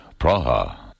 Praha